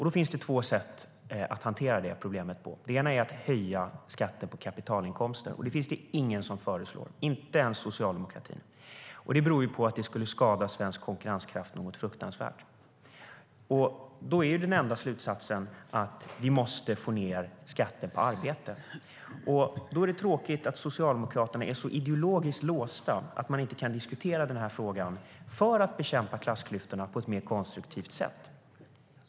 Då finns det två sätt att hantera detta problem på. Det ena är höja skatten på kapitalinkomster. Det är det ingen som föreslår, inte ens socialdemokratin. Det beror på att det skulle skada svensk konkurrenskraft fruktansvärt mycket. Den enda slutsatsen av det är att vi måste få ned skatterna på arbete. Då är det tråkigt att Socialdemokraterna är så ideologiskt låsta att de inte kan diskutera denna fråga för att bekämpa klassklyftorna på ett mer konstruktivt sätt.